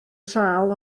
sâl